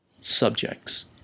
subjects